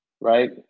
right